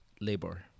labor